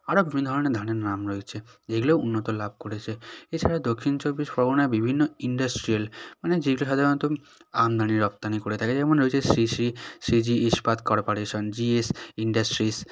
আরও বিভিন্ন ধরনের ধানের নাম রয়েছে যেগুলো উন্নতি লাভ করেছে এছাড়া দক্ষিণ চব্বিশ পরগনায় বিভিন্ন ইন্ডাস্ট্রিয়াল মানে যেটা সাধারণত আমদানি রপ্তানি করে থাকে যেমন রয়েছে CG Ispat corporation GS industries